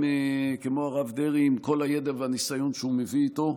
כמו הרב דרעי עם כל הידע והניסיון שהוא מביא איתו,